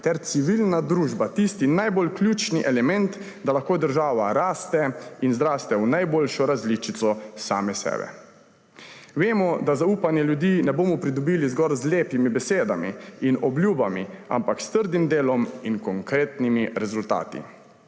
ter civilna družba tisti najbolj ključen element, da lahko država raste in zraste v najboljšo različico same sebe. Vemo, da zaupanja ljudi ne bomo pridobili zgolj z lepimi besedami in obljubami, ampak s trdim delom in konkretnimi rezultati.